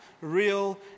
real